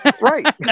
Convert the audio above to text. Right